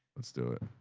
let's do it.